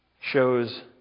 shows